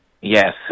yes